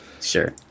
sure